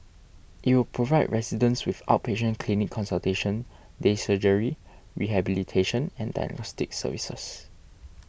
it will provide residents with outpatient clinic consultation day surgery rehabilitation and diagnostic services